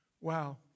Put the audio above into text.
Wow